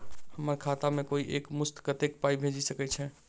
हम्मर खाता मे कोइ एक मुस्त कत्तेक पाई भेजि सकय छई?